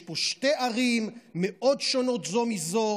יש פה שתי ערים מאוד שונות זו מזו.